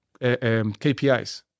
KPIs